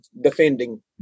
defending